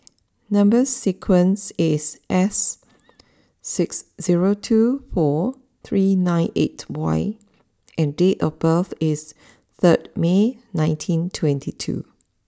number sequence is S six zero two four three nine eight Y and date of birth is third May nineteen twenty two